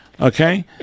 okay